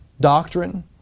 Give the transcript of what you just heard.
Doctrine